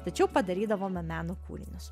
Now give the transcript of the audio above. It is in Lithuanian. tačiau padarydavome meno kūrinius